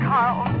Carl